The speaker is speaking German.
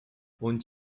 und